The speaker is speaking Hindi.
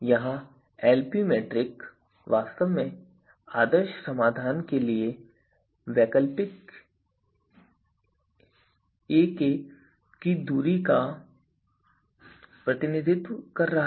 यहां एलपी मेट्रिक वास्तव में आदर्श समाधान के लिए वैकल्पिक एके की दूरी का प्रतिनिधित्व कर रहा है